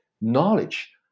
knowledge